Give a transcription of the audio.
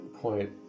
point